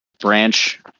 branch